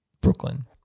Brooklyn